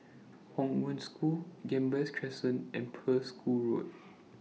Hong Wen School Gambas Crescent and Pearl's Hill Road